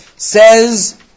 says